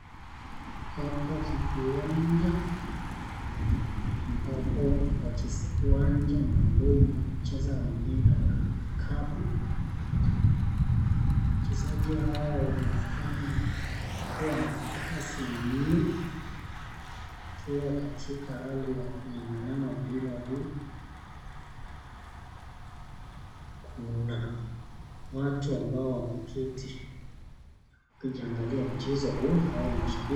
Hapa ni uwanja maalum wa kucheza mpira wa vikapu. Wachezaji hawa wanaonekana kuwa na kazi mno wakiwa katika hali ya kunyang'anyana mpira huu. Kuna watu ambao wameketi wakiangalia mchezo huu. Hawa ni mashabiki.